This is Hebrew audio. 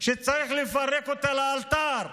שצריך לפרק אותה לאלתר,